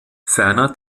ferner